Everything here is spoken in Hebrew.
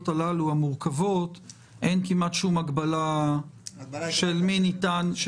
המורכבות אין כמעט שום הגבלה לגבי מי ניתן.